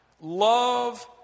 Love